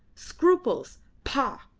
scruples! pah!